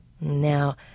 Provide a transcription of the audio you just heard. now